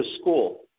school